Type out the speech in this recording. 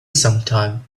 sometime